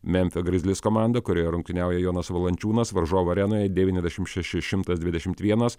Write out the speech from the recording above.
memfio grizlis komanda kurioje rungtyniauja jonas valančiūnas varžovų arenoje devyniasdešimt šeši šimtas dvidešimt vienas